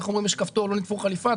יש כפתור ולא נתפור ממנו חליפה,